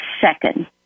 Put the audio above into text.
second